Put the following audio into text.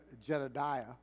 Jedediah